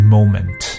Moment